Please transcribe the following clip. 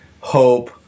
hope